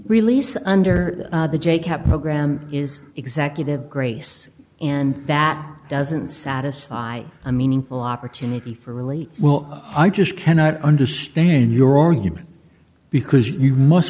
release under the j capital gram is executive grace and that doesn't satisfy a meaningful opportunity for really well i just cannot understand your argument because you must